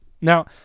Now